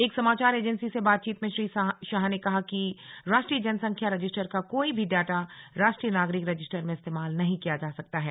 एक समाचार एजेंसी से बातचीत में श्री शाह ने कहा कि राष्ट्रीय जनसंख्या रजिस्टर का कोई भी डाटा राष्ट्रीय नागरिक रजिस्टर में इस्तेमाल नहीं किया जा सकता है